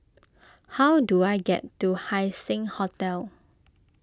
how do I get to Haising Hotel